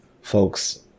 folks